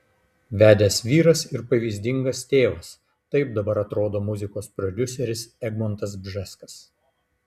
vedęs vyras ir pavyzdingas tėvas taip dabar atrodo muzikos prodiuseris egmontas bžeskas